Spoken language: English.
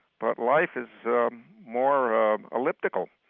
but life is more elliptical,